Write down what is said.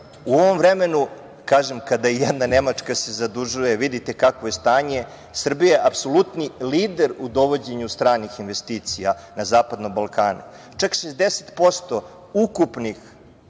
u ovom vremenu, kažem, kada se jedna Nemačka zadužuje, vidite kakvo je stanje, Srbija je apsolutni lider u dovođenju stranih investicija na Zapadnom Balkanu. Čak 60% ukupnih